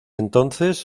entonces